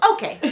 Okay